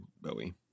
Bowie